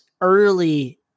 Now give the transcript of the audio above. early